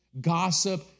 gossip